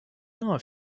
off